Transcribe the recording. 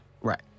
right